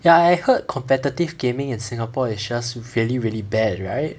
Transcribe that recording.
ya I heard competitive gaming in singapore is just really really bad right